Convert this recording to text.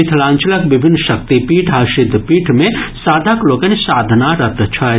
मिथिलांचलक विभिन्न शक्तिपीठ आ सिद्धपीठ मे साधक लोकनि साधनारत छथि